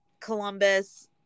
Columbus